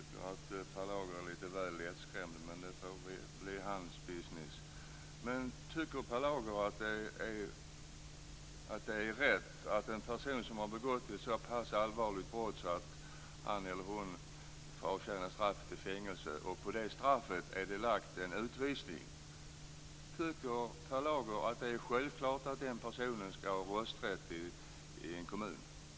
Fru talman! Jag tycker att Per Lager är lite väl lättskrämd, med det får väl bli hans business. Men tycker Per Lager att det är rätt och självklart att en person som har begått ett så pass allvarligt brott att han eller hon avtjänar straff i fängelse och även har blivit dömd till utvisning skall ha rösträtt i en kommun?